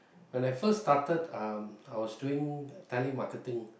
when I first started um I was doing telemarketing